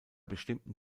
bestimmten